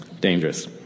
Dangerous